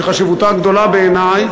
שחשיבותה גדולה בעיני,